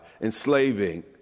enslaving